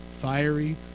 fiery